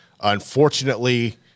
Unfortunately